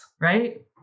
right